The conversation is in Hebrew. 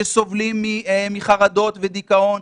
שסובלים מחרדות ודיכאון,